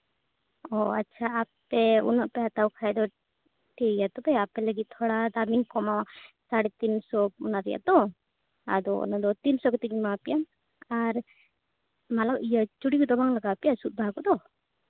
ᱚᱻ ᱟᱪᱪᱷᱟ ᱟᱯᱮ ᱩᱱᱟᱹᱜ ᱯᱮ ᱦᱟᱛᱟᱣ ᱠᱷᱟᱡ ᱫᱚ ᱴᱷᱤᱠ ᱜᱮᱭᱟ ᱛᱚᱵᱮ ᱟᱯᱮ ᱞᱟᱹᱜᱤᱫ ᱛᱷᱚᱲᱟ ᱫᱟᱢᱤᱧ ᱠᱚᱢᱟᱣᱟ ᱥᱟᱲᱮ ᱛᱤᱱᱥᱚ ᱚᱱᱟ ᱨᱮᱭᱟᱜ ᱛᱚ ᱟᱫᱚ ᱚᱱᱟᱫᱚ ᱛᱤᱱ ᱥᱚ ᱠᱟᱛᱤᱧ ᱮᱢᱟ ᱯᱮᱭᱟ ᱟᱨ ᱢᱟᱞᱟ ᱪᱩᱲᱤ ᱠᱚᱫᱚ ᱵᱟᱝ ᱞᱟᱜᱟᱣ ᱯᱮᱭᱟ ᱥᱩᱫ ᱵᱟᱦᱟ ᱠᱚᱫᱚ